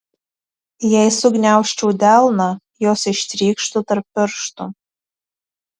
jei sugniaužčiau delną jos ištrykštų tarp pirštų